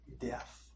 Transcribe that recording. death